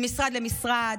ממשרד למשרד,